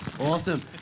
Awesome